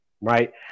right